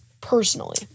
personally